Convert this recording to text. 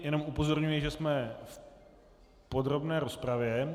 Jenom upozorňuji, že jsme v podrobné rozpravě.